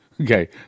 Okay